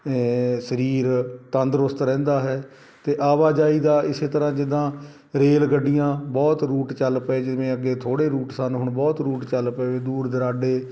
ਸਰੀਰ ਤੰਦਰੁਸਤ ਰਹਿੰਦਾ ਹੈ ਅਤੇ ਆਵਾਜਾਈ ਦਾ ਇਸੇ ਤਰ੍ਹਾਂ ਜਿੱਦਾਂ ਰੇਲ ਗੱਡੀਆਂ ਬਹੁਤ ਰੂਟ ਚੱਲ ਪਏ ਜਿਵੇਂ ਅੱਗੇ ਥੋੜ੍ਹੇ ਰੂਟ ਸਨ ਹੁਣ ਬਹੁਤ ਰੂਟ ਚੱਲ ਪਏ ਵੇ ਦੂਰ ਦੁਰਾਡੇ